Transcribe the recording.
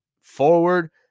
forward